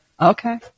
Okay